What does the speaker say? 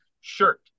shirt